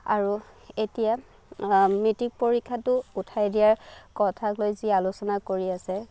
আৰু এতিয়া মেট্ৰিক পৰীক্ষাটো উঠাই দিয়াৰ কথাক লৈ যি আলোচনা কৰি আছে